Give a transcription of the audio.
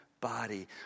body